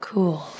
Cool